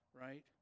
right